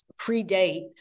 predate